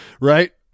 Right